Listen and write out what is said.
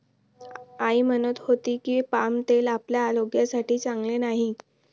आई म्हणत होती की, पाम तेल आपल्या आरोग्यासाठी चांगले नाही